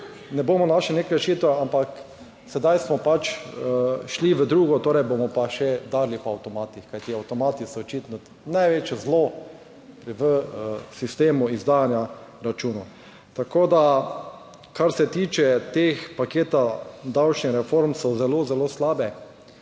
Ne bomo našli neke rešitve, ampak sedaj smo šli v drugo, torej, bomo pa še udarili po avtomatih, kajti avtomati so očitno največje zlo v sistemu izdajanja računov. Tako da, kar se tiče teh paketa davčnih reform so zelo, zelo slabe.